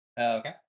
Okay